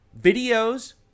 videos